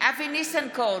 אבי ניסנקורן,